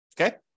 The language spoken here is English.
Okay